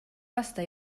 aasta